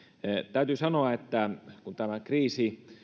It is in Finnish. täytyy sanoa että kun tämä kriisi